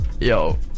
yo